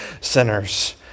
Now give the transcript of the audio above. sinners